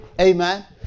Amen